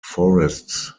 forests